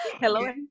hello